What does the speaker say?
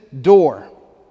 door